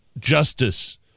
justice